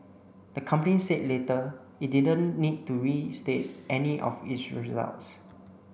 the company said later it didn't need to restate any of its results